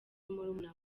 murumuna